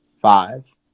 five